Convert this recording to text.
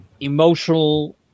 emotional